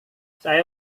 saya